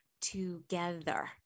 together